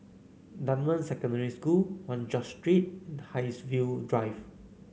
Dunman Secondary School One George Street and Haigsville Drive